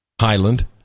Highland